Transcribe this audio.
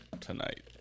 Tonight